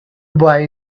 boy